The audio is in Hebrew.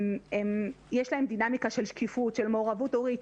יש להם דינמיקה של שקיפות, של מעורבות הורית.